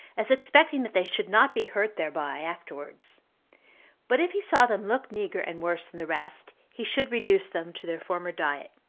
as expecting that they should not be hurt thereby afterwards but if he saw them look meagre, and worse than the rest, he should reduce them to their former diet.